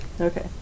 Okay